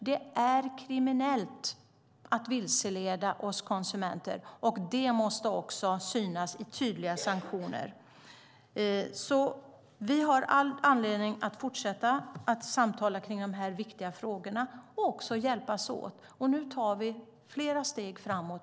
Det är kriminellt att vilseleda oss konsumenter, och det måste synas i tydliga sanktioner. Vi har all anledning att fortsätta att samtala om dessa viktiga frågor och hjälpas åt. Jag upplever att vi nu tar flera steg framåt.